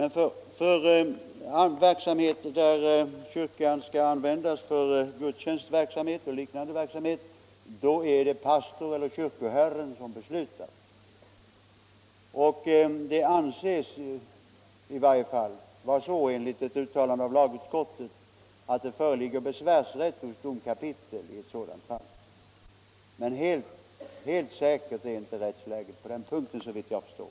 När kyrkan skall användas för gudstjänster och liknande verksamhet är det pastorn eller kyrkoherden som beslutar. Det anses, i varje fall enligt ett uttalande av lagutskottet, att det föreligger besvärsrätt hos domkapitlet i ett sådant fall. Men helt säkert är inte rättsläget på den punkten, såvitt jag förstår.